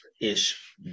ish